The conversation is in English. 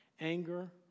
anger